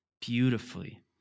beautifully